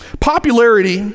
popularity